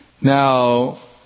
Now